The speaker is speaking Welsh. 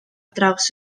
draws